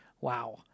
wow